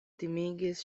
timigis